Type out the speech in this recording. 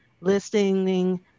listening